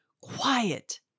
Quiet